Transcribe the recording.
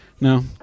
No